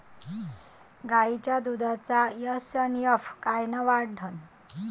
गायीच्या दुधाचा एस.एन.एफ कायनं वाढन?